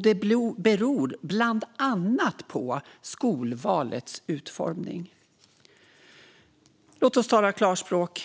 Det beror bland annat på skolvalets utformning. Låt oss tala klarspråk.